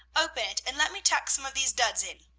open and let me tuck some of these duds in.